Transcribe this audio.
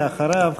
ואחריו,